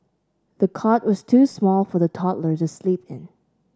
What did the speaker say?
the cot was too small for the toddler to sleep in